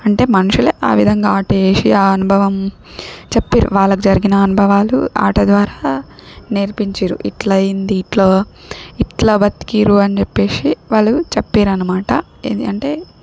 అంటే మనుషులే ఆ విధంగా ఆటేషి ఆ అనుభవం చెప్పిరు వాళ్ళకి జరిగిన అన్భవాలు ఆట ద్వారా నేర్పించిరు ఇట్లయ్యింది ఇట్లా ఇట్లా బతికిరు అన్ చెప్పేసి వాళ్ళు చెప్పిరనమాట ఇది అంటే